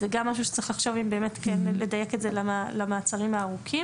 זה גם משהו שצריך לחשוב אם באמת כן לדייק את זה למעצרים הארוכים.